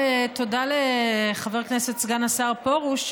תודה לחבר הכנסת סגן השר פרוש,